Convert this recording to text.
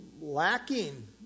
Lacking